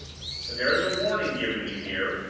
but there is a warning given you here,